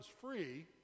free